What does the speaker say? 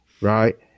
right